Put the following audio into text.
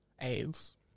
AIDS